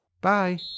Bye